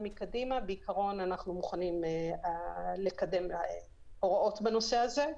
בעיקרון אנחנו מוכנים לקדם הוראות בנושא הזה.